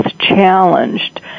challenged